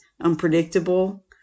unpredictable